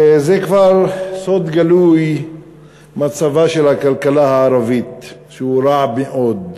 זה כבר סוד גלוי שמצבה של הכלכלה הערבית רע מאוד.